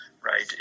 right